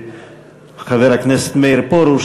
חבר הכנסת מאיר פרוש,